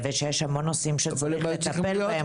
שיש המון נושאים שצריך לטפל בהם